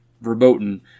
verboten